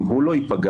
אם הוא לא ייפגע,